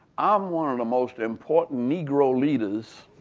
i'm one of the most important negro leaders